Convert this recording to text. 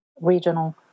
regional